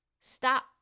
Stop